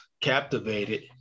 captivated